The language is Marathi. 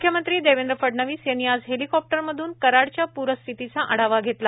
मुख्यमंत्री देवेंद्र फडणवीस यांनी आज हेलिकाप्टरमधून कराडच्या पूरस्थितीचा आढावा घेतला